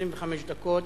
25 דקות,